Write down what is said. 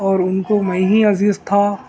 اور اُن کو میں ہی عزیز تھا